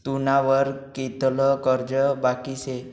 तुना वर कितलं कर्ज बाकी शे